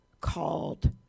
called